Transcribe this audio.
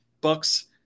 Bucks